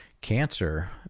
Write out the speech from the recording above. Cancer